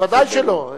ודאי שלא.